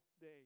day